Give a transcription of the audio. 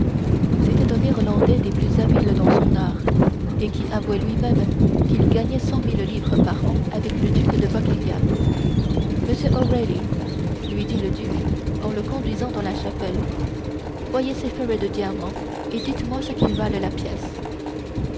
c'était un irlandais des plus habiles dans son art et qui avouait lui-même qu'il gagnait cent mille livres par an avec le duc de buckingham monsieur o'reilly lui dit le duc en le conduisant dans la chapelle voyez ces ferrets de diamants et dites-moi ce qu'ils valent la pièce